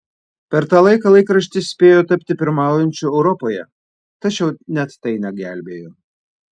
per tą laiką laikraštis spėjo tapti pirmaujančiu europoje tačiau net tai negelbėjo